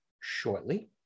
shortly